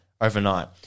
overnight